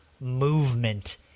movement